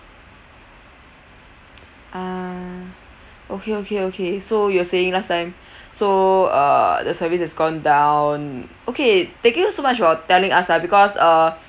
ah okay okay okay so you were saying last time so uh the service has gone down okay thank you so much for telling us ah because uh